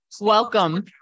Welcome